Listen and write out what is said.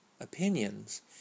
opinions